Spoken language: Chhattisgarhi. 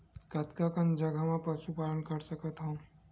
कतका कन जगह म पशु पालन कर सकत हव?